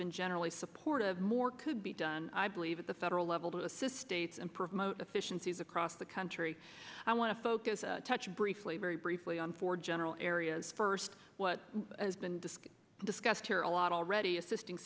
been generally supportive more could be done i believe at the federal level to assist states and promote efficiencies across the country i want to focus touch briefly very briefly on for general areas first what has been disk discussed here a lot already assisting